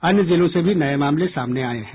अन्य जिलों से भी नये मामले सामने आये हैं